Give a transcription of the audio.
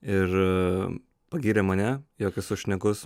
ir pagyrė mane jog esu šnekus